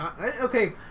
Okay